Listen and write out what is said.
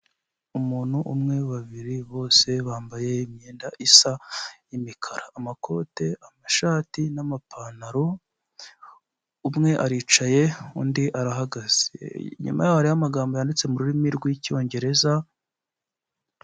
Umuntu umwe, babiri, bose bambaye imyenda isa, y'imikara. Amakote, amashati, n'amapantaro, umwe aricaye, undi arahagaze. Inyuma yaho hariho amagambo yanditse mu rurimi rw'Icyongereza.